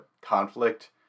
conflict